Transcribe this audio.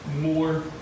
more